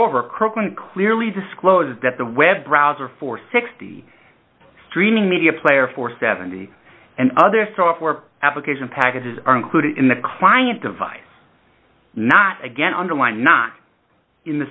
recruitment clearly disclosed at the web browser for sixty streaming media player for seventy and other software application packages are included in the client device not again underline not in the